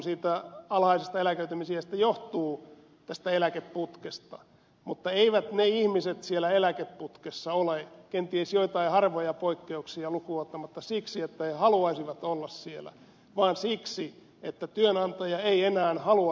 osahan alhaisesta eläköitymisiästä todellakin johtuu tästä eläkeputkesta mutta eivät ne ihmiset siellä eläkeputkessa ole kenties joitain harvoja poikkeuksia lukuun ottamatta siksi että he haluaisivat olla siellä vaan siksi että työantaja ei enää halua tarjota heille työtä